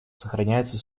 сохраняются